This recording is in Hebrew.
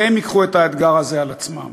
והם ייקחו את האתגר הזה על עצמם.